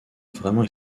vraiment